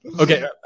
Okay